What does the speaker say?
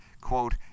quote